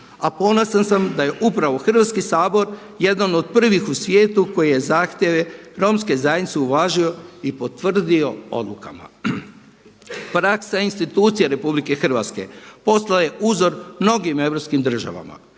A ponosan sam da je upravo Hrvatski sabor jedan od prvih u svijetu koji je zahtjeve Romske zajednice uvažio i potvrdio odlukama. Praksa institucija RH postala je uzor mnogim europskih državama.